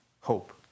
hope